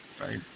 Right